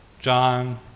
John